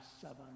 seven